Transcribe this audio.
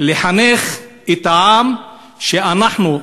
לחנך את העם שאנחנו,